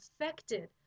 affected